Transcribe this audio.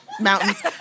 mountains